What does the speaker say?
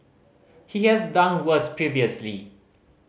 he has done worse previously